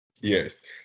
Yes